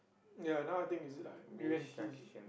ya now I think is it like you and Kish